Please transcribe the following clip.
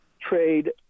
trade